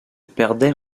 perdait